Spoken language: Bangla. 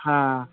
হ্যাঁ